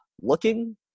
looking